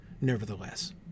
nevertheless